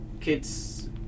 kids